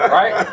right